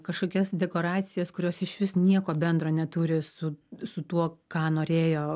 kažkokias dekoracijas kurios išvis nieko bendro neturi su su tuo ką norėjo